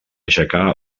aixecà